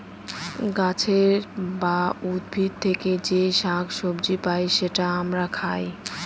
গাছের বা উদ্ভিদ থেকে যে শাক সবজি পাই সেটা আমরা খাই